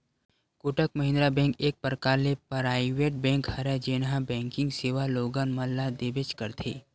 Kotak Mahindra bank एक परकार ले पराइवेट बेंक हरय जेनहा बेंकिग सेवा लोगन मन ल देबेंच करथे